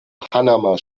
panama